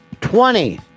twenty